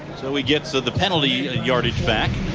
so, he gets the the penalty ah yardage back.